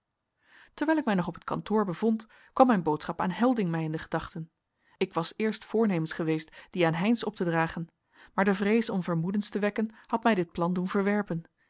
terwijl ik mij nog op het kantoor bevond kwam mijn boodschap aan helding mij in de gedachten ik was eerst voornemens geweest die aan heynsz op te dragen maar de vrees om vermoedens te wekken had mij dit plan doen verwerpen